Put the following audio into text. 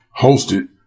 hosted